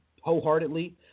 wholeheartedly